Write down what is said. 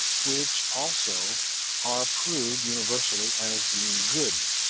which also are approved universally as being good.